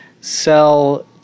sell